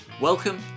Welcome